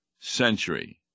century